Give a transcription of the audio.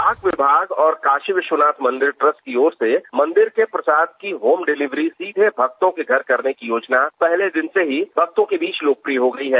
डाक विभाग और काशी विश्वनाथ मंदिर ट्रस्ट की ओर से मंदिर के प्रसाद की होम डिलिवरी सीधे भक्तों के घर करने की योजना पहले दिन से ही भक्तों के बीच लोकप्रिय हो गई है